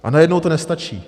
A najednou to nestačí.